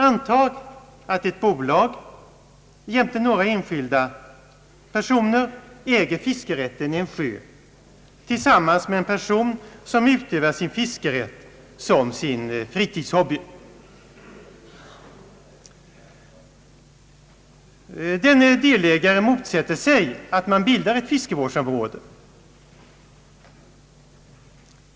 Antag att ett bolag jämte några enskilda personer äger fiskerätten i en sjö tillsammans med en person som utövar sin fiskerätt som fritidshobby. Den senare delägaren motsätter sig bildandet av ett fiskevårdsområde.